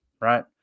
right